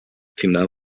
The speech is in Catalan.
tindran